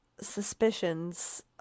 suspicions